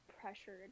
pressured